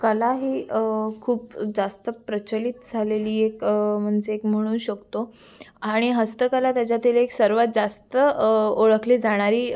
कला ही खूप जास्त प्रचलित झालेली एक म्हणजे एक म्हणू शकतो आणि हस्तकला त्याच्यातील एक सर्वात जास्त ओळखली जाणारी